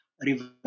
river